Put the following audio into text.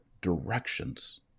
directions